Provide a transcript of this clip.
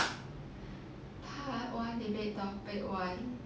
part one debate topic one